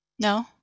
No